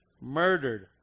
murdered